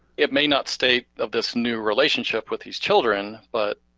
it may not state of this new relationship with these children, but